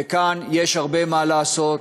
וכאן יש הרבה מה לעשות,